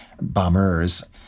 bombers